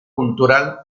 cultural